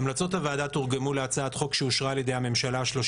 המלצות הוועדה תורגמו להצעת חוק שאושרה על